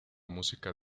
música